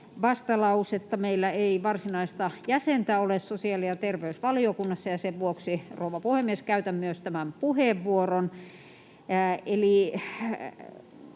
vastalausetta. Meillä ei ole varsinaista jäsentä sosiaali- ja terveysvaliokunnassa, ja sen vuoksi, rouva puhemies, käytän myös tämän puheenvuoron.